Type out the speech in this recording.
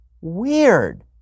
Weird